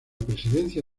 presidencia